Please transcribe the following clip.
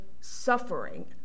suffering